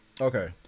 okay